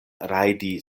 rajdi